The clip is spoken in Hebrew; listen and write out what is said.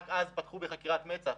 רק אז פתחו בחקירת מצ"ח.